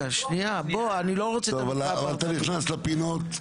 אתה נכנס לפינות.